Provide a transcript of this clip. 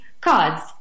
cards